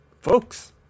folks